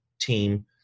team